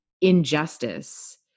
injustice